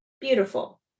beautiful